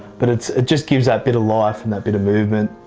but it's just gives that bit of life, and that bit of movement.